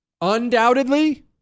undoubtedly